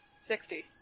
Sixty